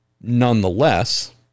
Nonetheless